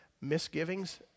misgivings